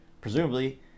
Presumably